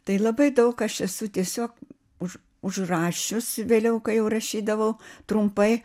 tai labai daug aš esu tiesiog už užrašius vėliau kai jau rašydavau trumpai